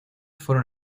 fueron